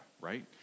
right